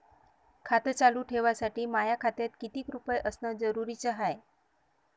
खातं चालू ठेवासाठी माया खात्यात कितीक रुपये असनं जरुरीच हाय?